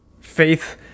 faith